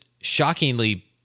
shockingly